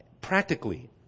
practically